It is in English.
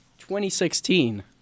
2016